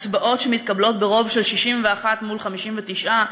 הצבעות שמתקבלות ברוב של 61 מול 59,